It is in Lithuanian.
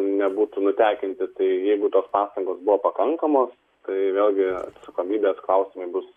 nebūtų nutekinti tai jeigu tos pastangos buvo pakankamos tai vėlgi su kokybės klausimai bus